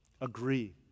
Agree